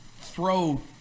throw